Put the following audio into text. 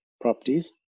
properties